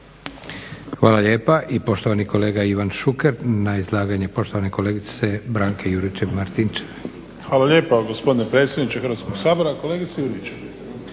Hvala lijepa. I poštovani kolega Ivan Šuker na izlaganje poštovane kolegice Branke Juričev-Martinčev. **Šuker, Ivan (HDZ)** Hvala lijepa gospodine predsjedniče Hrvatskog sabora. Kolegice Juričev,